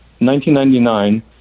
1999